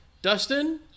Dustin